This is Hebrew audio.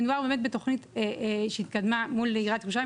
מדובר באמת בתוכנית שהתקדמה מול עיריית ירושלים,